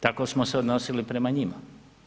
Tako smo se odnosili prema njima.